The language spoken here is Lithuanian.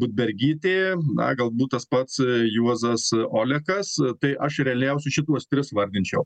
budbergytė na galbūt tas pats juozas olekas tai aš realiausiu šituos tris vardinčiau